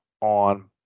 on